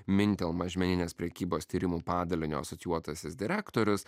mintel mažmeninės prekybos tyrimų padalinio asocijuotasis direktorius